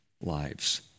lives